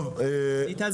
טוב, הישיבה נעולה רבותיי.